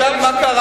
עכשיו, מה קרה,